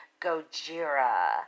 Gojira